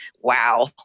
Wow